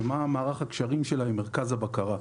ומה מערך הקשרים שלה עם מרכז הבקרה.